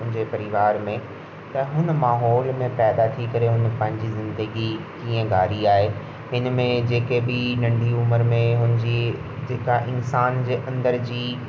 हुन जे परिवार में त हुन माहौल में पैदा थी करे हुन पंहिंजी ज़िंदगी कीअं घारी आहे हिनमें जेके बि नंढी उमिरि में हुन जी जेका इंसान जे अंदरि जी